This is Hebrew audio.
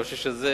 ואני חושב שזה